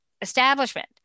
establishment